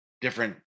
different